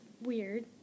weird